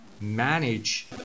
manage